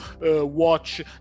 Watch